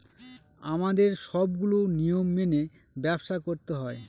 আমাদের সবগুলো নিয়ম মেনে ব্যবসা করতে হয়